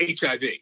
HIV